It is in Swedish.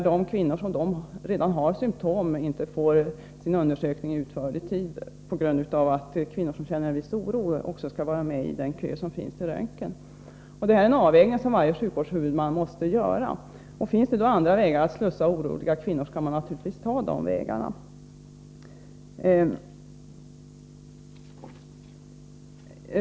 De kvinnor som redan har symtom får inte sin undersökning utförd i tid på grund av att kvinnor som känner en viss oro också skall vara medi den kösom finns till röntgen. Detta är en avvägning som varje sjukvårdshuvudman måste göra. Finns det då andra vägar att slussa oroliga kvinnor, skall man naturligtvis ta dem.